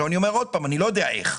אני אומר עוד פעם, אני לא יודע איך,